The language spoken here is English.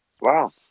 Wow